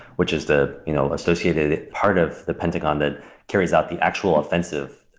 which is the you know associated part of the pentagon that carries out the actual offensive,